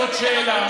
יש לך מספרים,